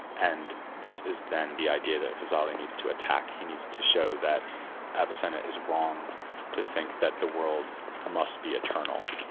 and this is then the idea that ghazali needs to attack he needs to show that avicenna is wrong to think that the world must be eternal.